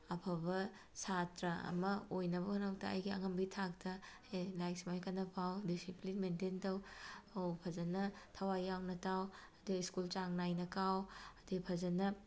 ꯑꯐꯕ ꯁꯥꯇ꯭ꯔ ꯑꯃ ꯑꯣꯏꯅꯕ ꯍꯣꯠꯅꯕꯗ ꯑꯩꯒꯤ ꯑꯉꯝꯕꯤ ꯊꯥꯛꯇ ꯍꯦ ꯂꯥꯏꯔꯤꯛ ꯁꯨꯃꯥꯏꯅ ꯀꯟꯅ ꯄꯥꯎ ꯗꯤꯁꯤꯄ꯭ꯂꯦꯟ ꯃꯦꯟꯇꯦꯟ ꯇꯧ ꯑꯧ ꯐꯖꯅ ꯊꯋꯥꯏ ꯌꯥꯎꯅ ꯇꯥꯎ ꯑꯗꯒꯤ ꯁ꯭ꯀꯨꯜ ꯆꯥꯡ ꯅꯥꯏꯅ ꯀꯥꯎ ꯑꯗꯒꯤ ꯐꯖꯅ